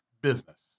business